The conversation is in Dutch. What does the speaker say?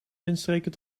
windstreken